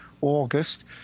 August